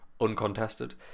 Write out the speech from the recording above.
uncontested